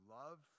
love